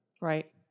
Right